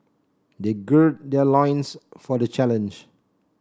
they gird their loins for the challenge